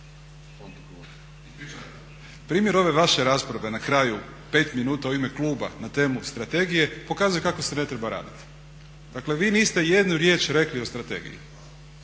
primjer vaše rasprave na kraju pet minuta u ime kluba na temu strategije pokazuje kako se ne treba raditi. Dakle, vi niste jednu riječ rekli o strategiji.